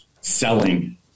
selling